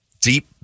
deep